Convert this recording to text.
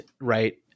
right